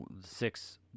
Six